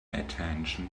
attention